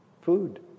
food